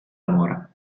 nuora